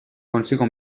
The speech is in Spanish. consigo